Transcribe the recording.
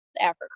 Africa